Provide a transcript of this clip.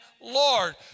Lord